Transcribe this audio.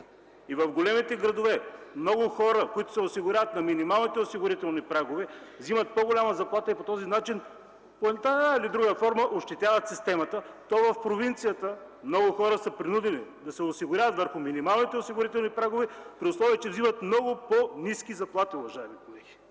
и в големите градове много хора, осигуряващи се на минималните осигурителни прагове, взимат по-голяма заплата и по този начин в една или друга форма ощетяват системата, то в провинцията много хора са принудени да се осигуряват върху минималните осигурителни прагове, при условие че взимат много по-ниски заплати, уважаеми колеги.